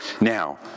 Now